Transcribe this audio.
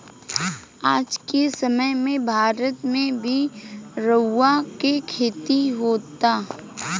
आज के समय में भारत में भी रुआ के खेती होता